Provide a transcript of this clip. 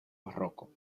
barroco